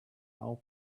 our